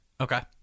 Okay